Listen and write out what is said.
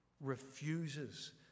refuses